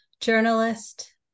journalist